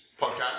podcast